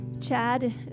Chad